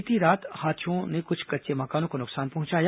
बीती रात हाथियों ने कुछ कच्चे मकानों को नुकसान पहुंचाया